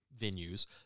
venues